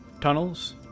Tunnels